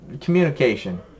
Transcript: communication